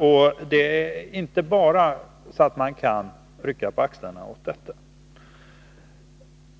Man kan inte bara rycka på axlarna åt detta.